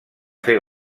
fer